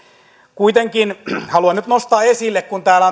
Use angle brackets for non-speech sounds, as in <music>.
kuitenkin haluan nyt nostaa esille kun täällä <unintelligible>